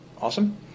Awesome